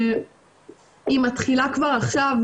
והיא מתחילה כבר עכשיו,